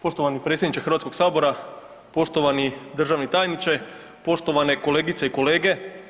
Poštovani predsjedniče Hrvatskoga sabora, poštovani državni tajniče, poštovane kolegice i kolege.